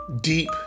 deep